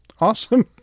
Awesome